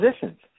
positions